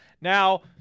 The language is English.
Now-